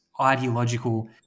ideological